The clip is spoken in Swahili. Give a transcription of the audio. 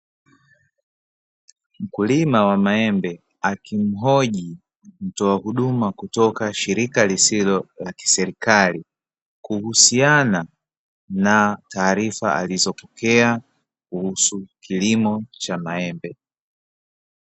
Mkulima wa maembe akimhoji mtoa huduma kutoka shirika lisilo la kiserikali, kuhusiana na taarifa alizopokea kuhusu kilimo cha maembe.